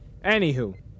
Anywho